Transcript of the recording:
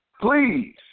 Please